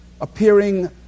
appearing